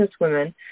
businesswomen